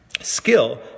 skill